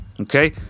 Okay